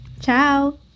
ciao